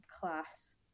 class